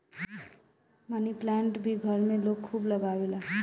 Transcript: मनी plant भी घर में लोग खूब लगावेला